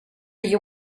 you